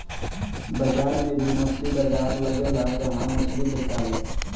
बाजार में भी मछली बाजार लगेला जहा मछली बेचाले